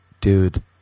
dude